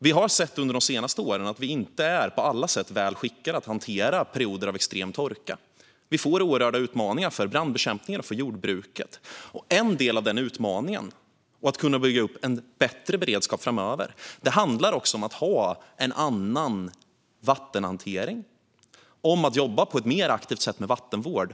Vi har under de senaste åren sett att vi inte på alla sätt är väl skickade att hantera perioder av extrem torka. Det blir oerhörda utmaningar för brandbekämpningen och för jordbruket. En del i att kunna bygga upp en bättre beredskap framöver handlar om att ha en annan vattenhantering. Det handlar om att jobba på ett mer aktivt sätt med vattenvård.